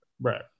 Right